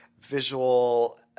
visual